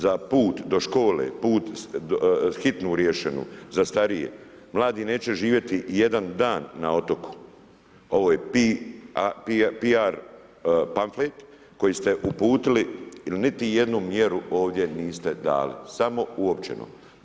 Za put do škole, put, hitnu riješenu za starije, mladi neće živjeti jedan dan na otoku, ovo je P.R. pamflet koji ste uputili ili niti jednu mjeru ovdje niste dali, samo u općinu.